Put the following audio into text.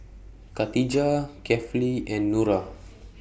Khatijah Kefli and Nura